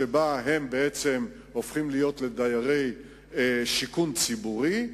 שבה הם הופכים להיות לדיירי שיכון ציבורי,